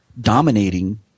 dominating